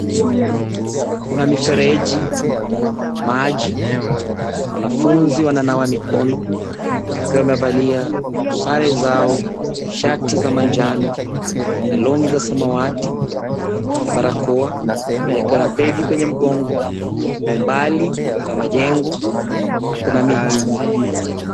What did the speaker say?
Kuna mifereji maji wanafunzi wananawa mikono wakiwa wamevalia sare zao; shati za manjano na long za samawati na barakoa mmoja akiwa na begi kwenye mgongo kwa umbali kuna majengo na kuna miti.